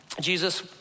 Jesus